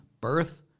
birth